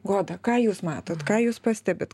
goda ką jūs matot ką jūs pastebit